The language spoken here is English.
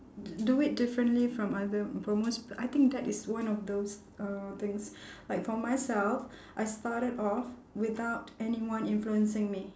do it differently from other for most I think that is one of those uh things like for myself I started off without anyone influencing me